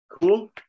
Cool